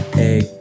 hey